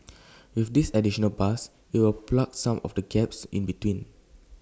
with this additional bus IT will plug some of the gaps in between